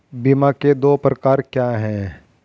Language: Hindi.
बीमा के दो प्रकार क्या हैं?